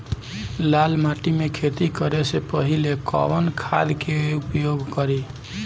लाल माटी में खेती करे से पहिले कवन खाद के उपयोग करीं?